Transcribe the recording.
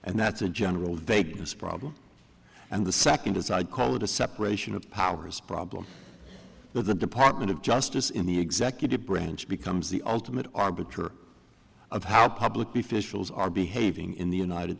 and that's a general vagueness problem and the second is i call it a separation of powers problem where the department of justice in the executive branch becomes the ultimate arbiter of how public the fish feels are behaving in the united